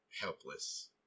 helpless